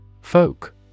Folk